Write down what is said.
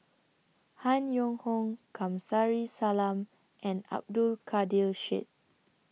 Han Yong Hong Kamsari Salam and Abdul Kadir Syed